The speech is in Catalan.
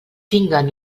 tinguen